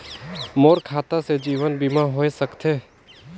मोर खाता से जीवन बीमा होए सकथे?